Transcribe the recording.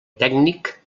tècnic